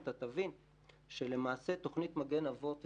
אתה תבין שלמעשה תוכנית "מגן אבות ואימהות"